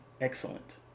excellent